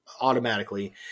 automatically